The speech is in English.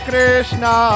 Krishna